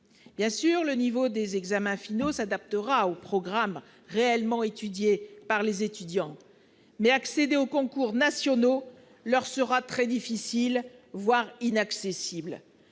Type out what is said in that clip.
Bien sûr, le niveau des examens finaux s'adaptera aux programmes réellement étudiés par ces étudiants, mais l'accès aux concours nationaux leur sera très difficile, voire impossible.